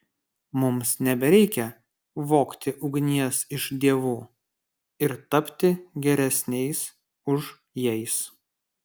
mums nebereikia vogti ugnies iš dievų ir tapti geresniais už jais